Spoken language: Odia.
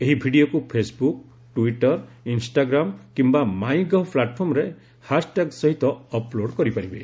ଏହି ଭିଡ଼ିଓକୁ ଫେସ୍ବୁକ୍ ଟୁଇଟର ଇନ୍ଷ୍ଟ୍ରାଗ୍ରାମ୍ କିମ୍ବା ମାଇଁ ଗଭ୍ ପ୍ଲାଟଫର୍ମରେ ହାସ୍ଟ୍ୟାଗ୍ ସହିତ ଅପ୍ଲୋଡ କରିପାରିବେ